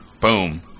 Boom